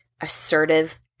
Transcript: assertive